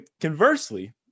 conversely